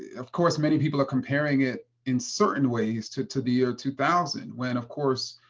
of course, many people are comparing it in certain ways to to the year two thousand, when of course,